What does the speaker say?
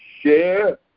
Share